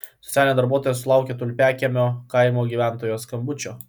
socialinė darbuotoja sulaukė tulpiakiemio kaimo gyventojos skambučio